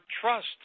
trust